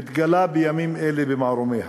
מתגלה בימים אלה במערומיה.